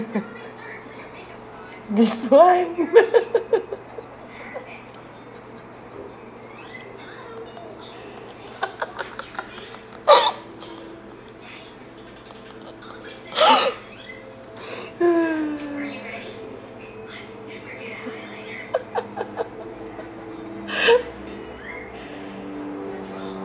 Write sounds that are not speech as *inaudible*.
*laughs* this [one] *laughs* *breath* *noise* *laughs* *breath*